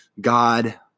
God